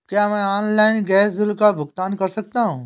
क्या मैं online gas bill का भुगतान कर सकता हूँ?